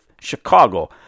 Chicago